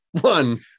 one